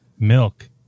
Milk